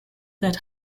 that